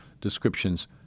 descriptions